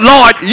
Lord